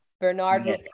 Bernard